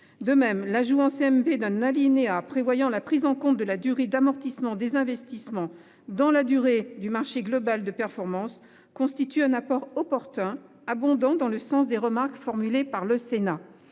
De même, l'ajout en CMP d'un alinéa prévoyant la prise en compte de la « durée d'amortissement des investissements » dans la durée du marché global de performance constitue un apport opportun, qui va dans le sens des remarques formulées au Sénat.